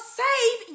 save